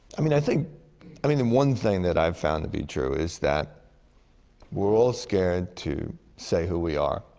i mean, i think i mean, the one thing that i've found to be true is that we're all scared to say who we are.